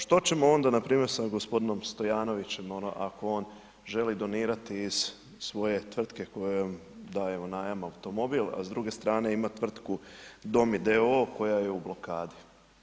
Što ćemo onda npr. s g. Stojanovićem ako on želi donirati iz svoje tvrtke kojom daje u najam automobil, a s druge strane ima tvrtku Domi d.o.o. koja je u blokadi?